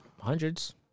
Hundreds